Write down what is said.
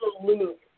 absolute